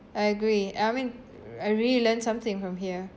I agree uh I mean I really learned something from here